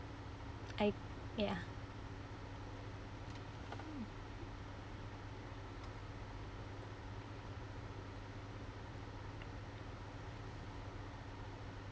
I ya